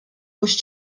mhux